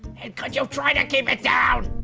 and could you try to keep it down?